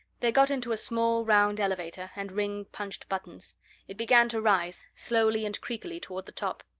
they got into a small round elevator and ringg punched buttons it began to rise, slowly and creakily, toward the top.